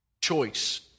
choice